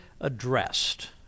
addressed